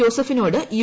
ജോസഫിനോട് U